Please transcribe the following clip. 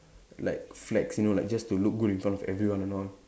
like flex you know like just to look good in front of everyone and all